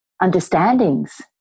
understandings